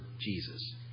Jesus